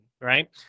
right